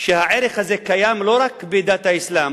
שהערך הזה קיים לא רק בדת האסלאם.